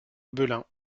belin